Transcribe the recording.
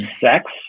sex